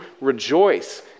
rejoice